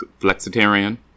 Flexitarian